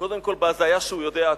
קודם כול, בהזיה שהוא יודע הכול,